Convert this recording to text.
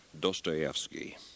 Dostoevsky